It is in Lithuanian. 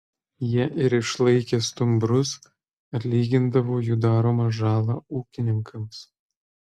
jie ir išlaikė stumbrus atlygindavo jų daromą žalą ūkininkams